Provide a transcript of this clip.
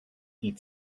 eat